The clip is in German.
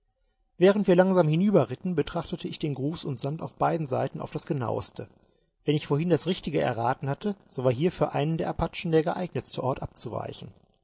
während wir langsam hinüberritten betrachtete ich den grus und sand auf beiden seiten auf das genaueste wenn ich vorhin das richtige erraten hatte so war hier für einen der apachen der geeignetste ort abzuweichen